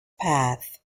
path